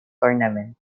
tournament